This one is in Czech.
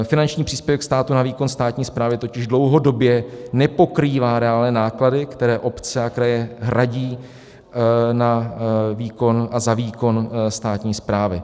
Finanční příspěvek státu na výkon státní správy totiž dlouhodobě nepokrývá reálné náklady, které obce a kraje hradí na výkon a za výkon státní správy.